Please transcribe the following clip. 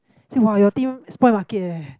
he say !wah! your team spoil market eh